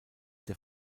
der